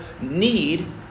need